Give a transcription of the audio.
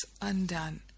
undone